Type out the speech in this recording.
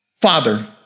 Father